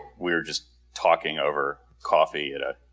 we were just talking over coffee at a